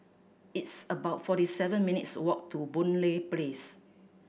it's about forty seven minutes' walk to Boon Lay Place